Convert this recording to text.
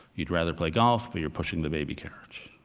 you'd rather play golf, but you're pushing the baby carriage.